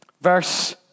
Verse